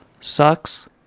Sucks